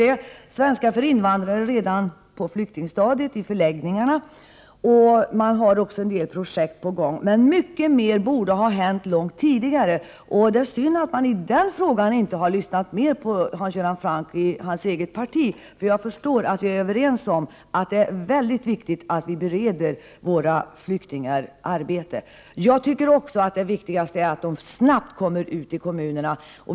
Man har infört svenska för invandrare redan på flyktingstadiet i förläggningarna. Man har också en del andra projekt på gång. Men mycket mer borde ha hänt långt tidigare. Det är synd att Hans Göran Francks eget parti inte har lyssnat mer på honom. Jag förstår nämligen att vi är överens om att det är mycket viktigt att flyktingarna bereds arbete. Jag tycker också att det viktigaste är att de snabbt kommer ut i kommunerna.